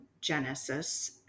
Genesis